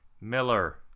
Miller